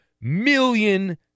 million